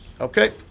Okay